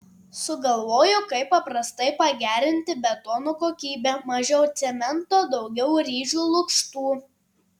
sugalvojo kaip paprastai pagerinti betono kokybę mažiau cemento daugiau ryžių lukštų